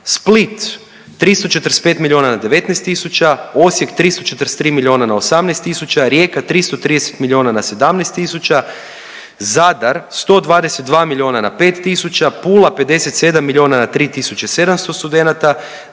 Split 345 milijuna na 19.000, Osijek 343 milijuna na 18.000, Rijeka 330 milijuna na 17.000, Zadar 122 milijuna na 5.000, Pula 57 milijuna na 3.700 studenata,